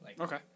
Okay